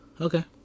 Okay